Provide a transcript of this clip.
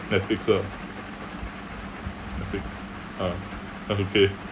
netflix lah netflix ah have to pay